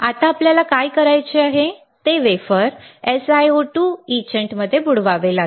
आता आम्हाला काय करायचे ते वेफर SiO2 etchant मध्ये बुडवावे लागले